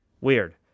Weird